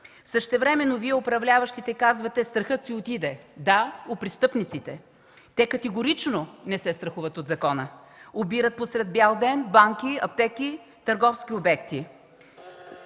Същевременно Вие, управляващите, казвате: „Страхът си отиде” – да, в престъпниците. Те категорично не се страхуват от закона. Обират посред бял ден банки, аптеки, търговски обекти.